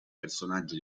personaggio